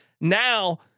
Now